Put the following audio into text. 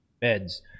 beds